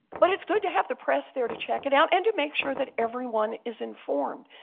but it's good to have the press there to check it out and to make sure that everyone is informed.